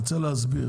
אני רוצה להסביר.